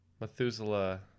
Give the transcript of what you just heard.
Methuselah